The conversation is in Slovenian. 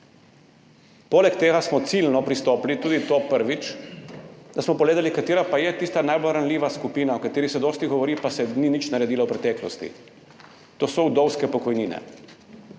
Poleg tega smo ciljno pristopili, tudi to prvič, da smo pogledali, katera pa je tista najbolj ranljiva skupina, o kateri se dosti govori, pa se ni nič naredilo v preteklosti, to so vdovske pokojnine.